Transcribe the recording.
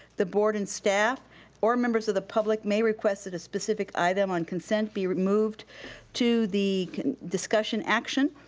the board and staff or members of the public may request that a specific item on consent be removed to the discussion action.